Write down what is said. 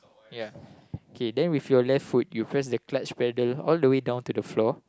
ya K then with your left foot you press the clutch pedal all the way down to the floor